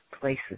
places